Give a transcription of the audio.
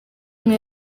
umwe